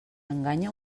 enganya